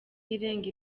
irenga